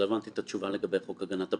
למה רצית את התשובה לגבי חוק הגנת הפרטיות?